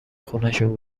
خونشون